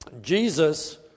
Jesus